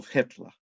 Hitler